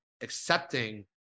accepting